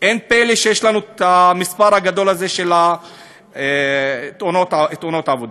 אין פלא שיש לנו המספר הגדול הזה של תאונות עבודה.